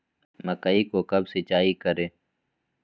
मकई को कब सिंचाई करे?